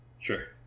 sure